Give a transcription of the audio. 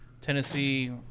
Tennessee